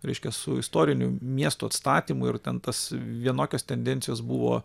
reiškia su istoriniu miesto atstatymu ir ten tos vienokios tendencijos buvo